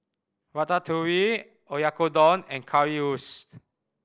Ratatouille Oyakodon and Currywurst